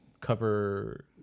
cover